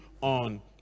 on